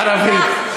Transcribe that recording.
בערבית.